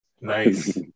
nice